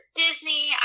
disney